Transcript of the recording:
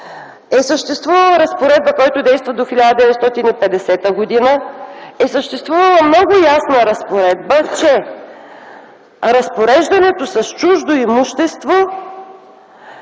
и договорите от 1892 г., който действа до 1950 г., е съществувала много ясна разпоредба, че разпореждането с чуждо имущество